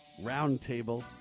Roundtable